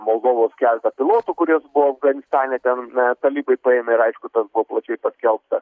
moldovos keletą pilotų kurie buvo afganistane ten talibai paėmė ir aišku tas buvo plačiai paskelbta